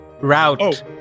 route